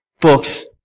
books